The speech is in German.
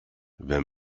wenn